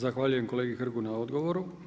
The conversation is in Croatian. Zahvaljujem kolegi Hrgu na odgovoru.